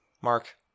Mark